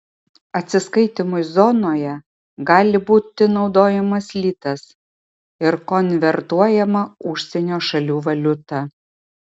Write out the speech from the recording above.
atsiskaitymui zonoje gali būti naudojamas litas ir konvertuojama užsienio šalių valiuta